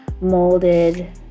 molded